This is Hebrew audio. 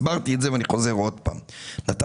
הסברתי את זה ואני חוזר פעם נוספת.